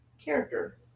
character